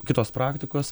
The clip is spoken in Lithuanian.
kitos praktikos